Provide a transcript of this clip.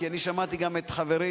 כי אני שמעתי גם את חברי,